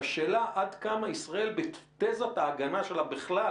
והשאלה היא עד כמה ישראל בתזת ההגנה שלה בכלל,